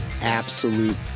absolute